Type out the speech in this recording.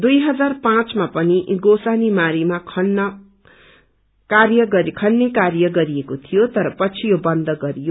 दुई हजार पाँचमा पनि गोसानीमारीमा खन्न कार्य गरिएको थियो तर पछि यो बन्द गरियो